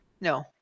no